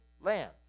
land